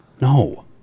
No